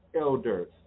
elders